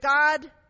God